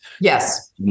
Yes